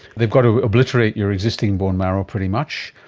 they've got to obliterate your existing bone marrow pretty much,